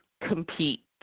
Compete